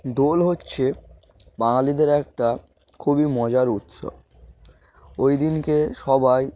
দোল হচ্ছে বাঙালিদের একটা খুবই মজার উৎসব ওই দিনকে সবাই